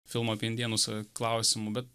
filmo apie indėnus klausimu bet